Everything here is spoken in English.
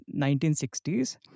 1960s